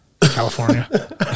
California